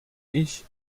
ich